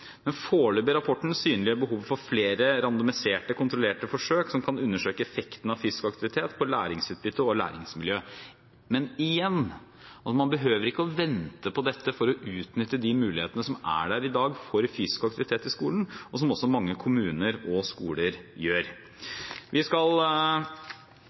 Den foreløpige rapporten synliggjør behovet for flere randomiserte, kontrollerte forsøk som kan undersøke effekten av fysisk aktivitet på læringsutbytte og læringsmiljø. Men igjen: Man behøver ikke å vente på dette for å utnytte de mulighetene som er der i dag for fysisk aktivitet i skolen, og som mange kommuner og skoler gjør.